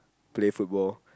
play football